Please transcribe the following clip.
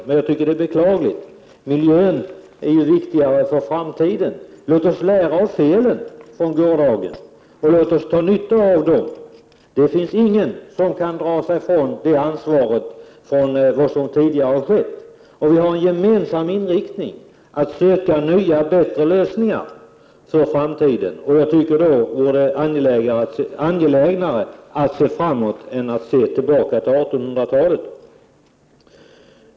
Men det är som sagt beklagligt — miljön är viktigare för framtiden. Låt oss lära av felen från gårdagen och låt oss dra nytta av de lärdomarna. Ingen kan dra sig undan ansvaret för vad som tidigare har skett. Vi har en gemensam inriktning att söka nya bättre lösningar för framtiden. Jag tycker att det då borde vara mer angeläget att se framåt än att blicka tillbaka på 1800-talet.